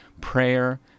prayer